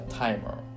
timer